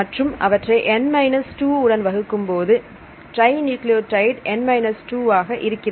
மற்றும் அவற்றை N 2 உடன் வகுக்கும்போது ட்ரை நியூக்ளியோடைடு N 2 ஆக இருக்கிறது